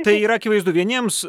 tai yra akivaizdu vieniems